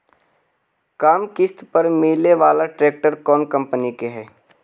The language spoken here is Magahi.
कम किमत पर मिले बाला ट्रैक्टर कौन कंपनी के है?